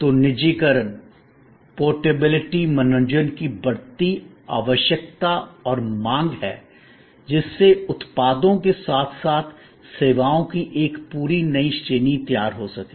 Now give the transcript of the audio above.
तो निजीकरण सुवाह्यता पोर्टेबिलिटी मनोरंजन की बढ़ती आवश्यकता और मांग है जिससे उत्पादों के साथ साथ सेवाओं की एक पूरी नई श्रेणी तैयार हो सके